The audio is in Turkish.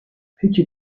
peki